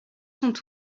sont